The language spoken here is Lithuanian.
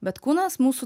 bet kūnas mūsų